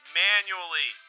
manually